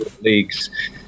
leagues